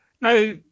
Now